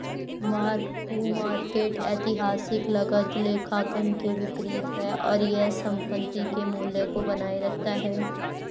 mark to market ऐतिहासिक लागत लेखांकन के विपरीत है यह संपत्ति के मूल्य को बनाए रखता है